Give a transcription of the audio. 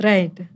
Right